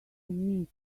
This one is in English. meet